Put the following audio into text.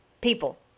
people